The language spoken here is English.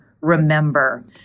remember